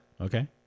Okay